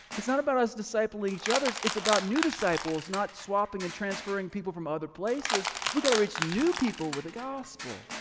it's not about us discipling each other, it's about new disciples, not swapping and transferring people from other places. we gotta reach new people with the gospel,